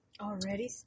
already